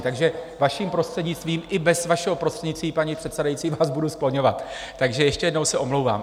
Takže, vaším prostřednictvím i bez vašeho prostřednictví, paní předsedající, vás budu skloňovat, takže ještě jednou se omlouvám.